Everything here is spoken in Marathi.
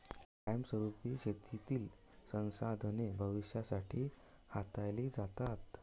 कायमस्वरुपी शेतीतील संसाधने भविष्यासाठी हाताळली जातात